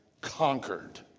conquered